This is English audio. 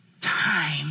time